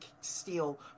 steal